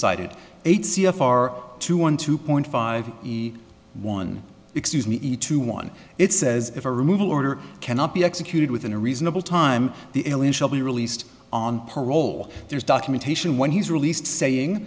cited eight c f r two one two point five one excuse me e two one it says if a removal order cannot be executed within a reasonable time the alien shall be released on parole there's documentation when he's released saying